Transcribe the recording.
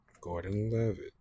Gordon-Levitt